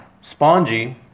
Spongy